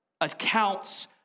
accounts